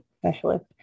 specialist